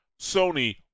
Sony